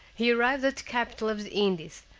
he arrived at the capital of the indies,